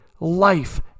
life